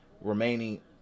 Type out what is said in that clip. remaining